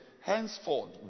henceforth